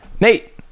Nate